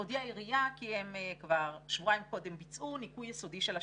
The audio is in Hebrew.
הודיעה העירייה כי הם כבר שבועיים קודם ביצעו ניקוי יסודי של השטח.